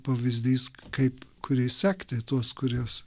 pavyzdys kaip kuriais sekti tuos kuriuos